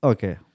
Okay